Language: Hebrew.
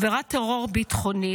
"עבירת טרור ביטחונית",